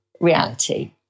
reality